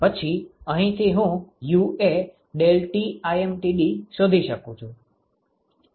પછી અહીંથી હું UA ∆Tlmtd શોધી શકું છું